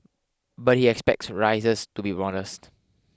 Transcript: but he expects rises to be modest